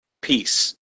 peace